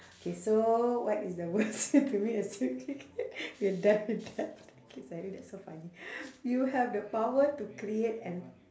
K so what is the worst way to meet a significant we're done with that okay sorry that's so funny you have the power to create an